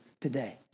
today